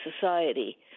society